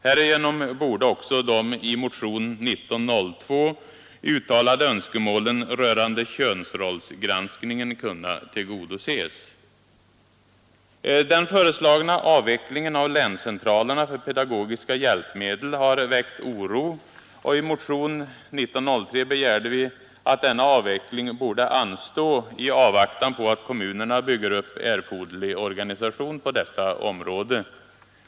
Härigenom borde också de i motionen 1902 uttalade önskemålen rörande könsrollsgranskningen kunna tillgodoses. Den föreslagna avvecklingen av länscentralerna för pedagogiska hjälpmedel har väckt oro och i motion 1903 begärde vi att denna avveckling borde anstå i avvaktan på att kommunerna bygger upp erforderlig organisation på detta område.